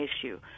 issue